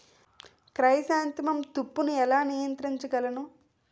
Chrysanthemum తప్పును ఎలా నియంత్రించగలను?